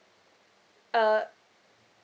uh